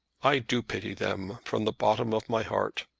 i do pity them from the bottom of my heart.